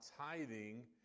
tithing